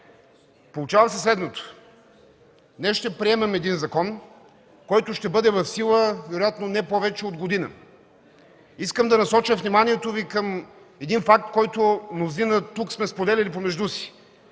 Получава се следното. Днес ще приемем закон, който ще бъде в сила вероятно не повече от година. Искам да насоча вниманието Ви към един факт, който мнозина тук сме споделяли помежду си.